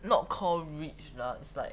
not call rich lah it's like